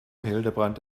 hildebrand